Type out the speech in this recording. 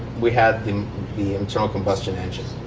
we had the the internal combustion engine,